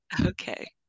Okay